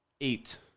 eight